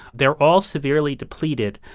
they're all severely depleted,